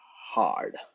hard